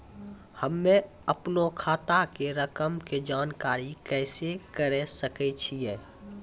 हम्मे अपनो खाता के रकम के जानकारी कैसे करे सकय छियै?